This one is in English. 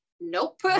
nope